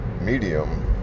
medium